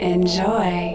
Enjoy